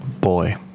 boy